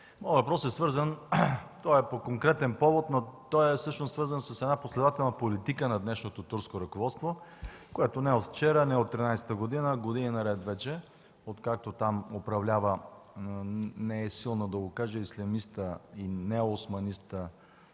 моят въпрос е по конкретен повод, но той всъщност е свързан с една последователна политика на днешното турско ръководство, която не е от вчера, не е от 2013 г., а години наред вече, откакто там управлява и не е силно да го кажа – ислямистът, неоосманистът